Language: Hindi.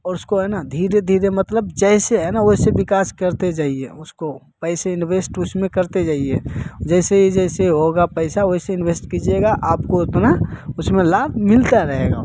और उसको है ना धीरे धीरे मतलब जैसे है ना वैसे विकास करते जाइए उसको पैसे इंवेस्ट उसमें करते जाइए जैसे जैसे होगा पैसे वैसे इन्वेस्ट कीजिएगा आपको उतना उसमें उतना लाभ मिलता रहेगा